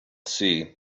sea